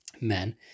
men